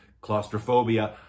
claustrophobia